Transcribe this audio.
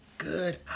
good